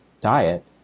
diet